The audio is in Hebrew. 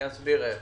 אסביר איך.